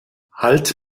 halt